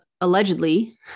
allegedly